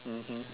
mmhmm